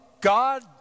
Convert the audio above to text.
God